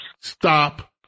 stop